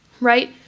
right